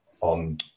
on